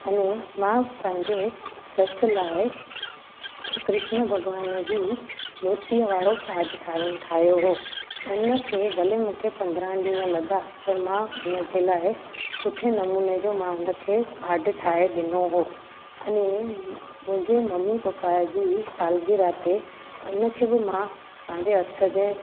अने मां पंहिंजे ससु लाइ कृष्न भॻवान जी मूर्तिअ वारो काड ठाहे ठाहियो हुओ हुनखे भले मूंखे पंद्रहां ॾींहं लॻा पर मां हुनजे लाइ सुठे नमूने जो मां हुनखे काड ठाहे ॾिनो हुओ अने मुंहिंजे मम्मी पप्पा जी सालगिराह ते हुनखे बि मां पंहिंजे हथ जे